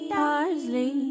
parsley